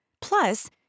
Plus